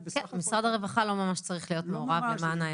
משרד הרווחה לא ממש צריך להיות מעורב, למען האמת.